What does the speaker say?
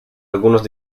algunos